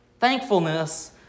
Thankfulness